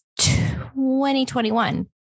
2021